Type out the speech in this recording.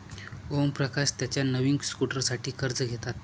ओमप्रकाश त्याच्या नवीन स्कूटरसाठी कर्ज घेतात